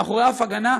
מאחורי שום הגנה,